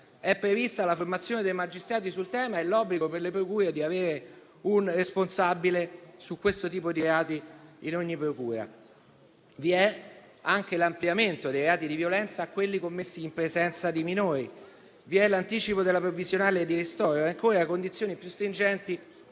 è prevista la formazione dei magistrati sul tema e l'obbligo per le procure di avere un responsabile su questo tipo di reati in ogni procura; vi è anche l'ampliamento dei reati di violenza a quelli commessi in presenza di minori; vi è l'anticipo della provvisionale di ristoro e ancora condizioni più stringenti